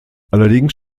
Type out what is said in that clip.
allerdings